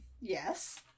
Yes